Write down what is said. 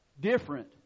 different